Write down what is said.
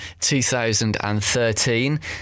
2013